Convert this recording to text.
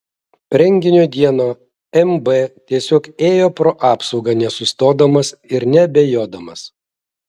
renginio dieną mb tiesiog ėjo pro apsaugą nesustodamas ir neabejodamas